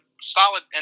solid